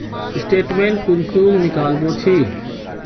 Statement कुंसम निकलाबो छी?